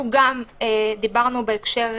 ביחס